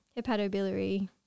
hepatobiliary